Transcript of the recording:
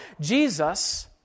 Jesus